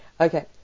Okay